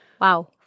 Wow